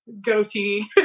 goatee